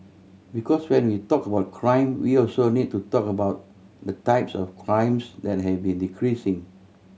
because when we talk about crime we also need to talk about the types of crimes that have been decreasing